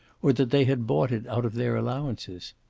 or that they had bought it out of their allowances.